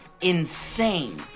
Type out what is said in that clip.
insane